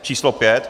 Číslo 5.